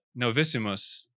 novissimus